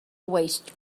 waste